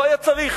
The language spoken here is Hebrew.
לא היה צריך.